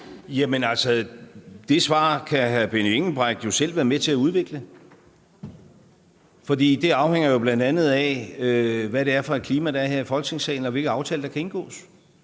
Det svar kan hr. Benny Engelbrecht jo selv være med til at udvikle. Det afhænger jo bl.a. af, hvilket klima der er her i Folketingssalen, og hvilke aftaler der kan indgås.